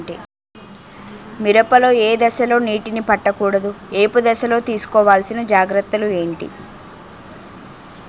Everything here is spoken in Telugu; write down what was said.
మిరప లో ఏ దశలో నీటినీ పట్టకూడదు? ఏపు దశలో తీసుకోవాల్సిన జాగ్రత్తలు ఏంటి?